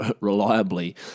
reliably